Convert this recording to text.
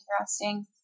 interesting